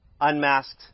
unmasked